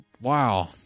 Wow